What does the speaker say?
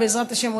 בעזרת השם,